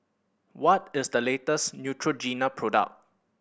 what is the latest Neutrogena product